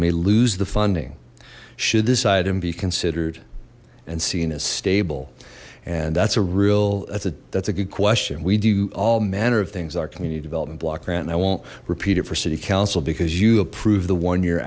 may lose the funding should this item be considered and seeing a stable and that's a real that's a that's a good question we do all manner of things our community development block grant i won't repeat it for city council because you approve the one y